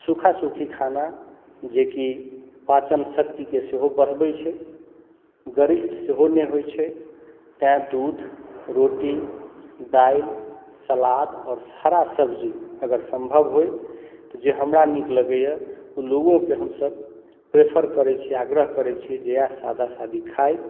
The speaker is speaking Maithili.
सूखा सूखी खाना जेकि पाचन शक्तिके सेहो बढ़बैत छै गरिष्ठ सेहो नहि होइत छै तैंँ दूध रोटी दालि सलाद आओर हरा सब्जी अगर सम्भव होय तऽ जे हमरा नीक लगैया ओ लोगोके हमसब प्रेफर करैत छी आग्रह करैत छी जे इएह सादा सादी खाइ